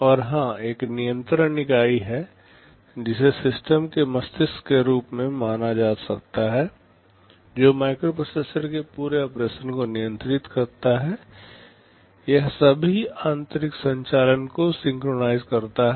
और हां एक नियंत्रण इकाई है जिसे सिस्टम के मस्तिष्क के रूप में माना जा सकता है जो माइक्रोप्रोसेसर के पूरे ऑपरेशन को नियंत्रित करता है यह सभी आंतरिक संचालन को सिंक्रोनाइज करता है